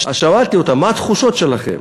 אז שאלתי אותם: מה התחושות שלכם?